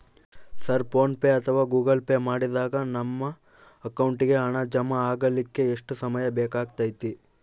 Sir PhonePe ಅಥವಾ Google pay ಮಾಡಿದಾಗ ನಮ್ಮ ಅಕೌಂಟಿಗೆ ಹಣ ಜಮಾ ಆಗಲಿಕ್ಕೆ ಎಷ್ಟು ಸಮಯ ಬೇಕಾಗತೈತಿ?